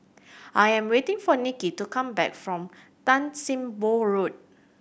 I am waiting for Nikki to come back from Tan Sim Boh Road